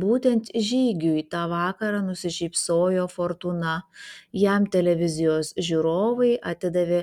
būtent žygiui tą vakarą nusišypsojo fortūna jam televizijos žiūrovai atidavė